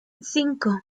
cinco